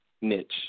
niche